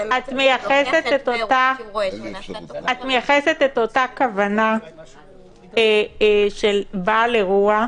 אלא --- את מייחסת את אותה כוונה של בעל אירוע,